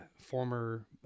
former